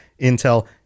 intel